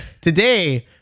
Today